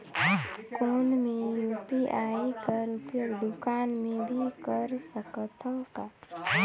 कौन मै यू.पी.आई कर उपयोग दुकान मे भी कर सकथव का?